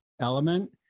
element